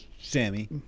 Sammy